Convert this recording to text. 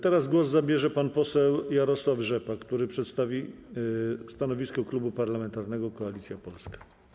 Teraz głos zabierze pan poseł Jarosław Rzepa, który przedstawi stanowisko Klubu Parlamentarnego Koalicja Polska.